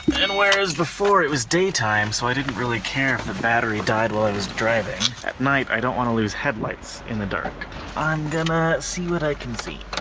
and whereas before it was daytime so i didn't really care if the battery died while i was driving, at night i don't want to lose headlights in the dark i'm gonna see what i can see.